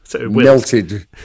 melted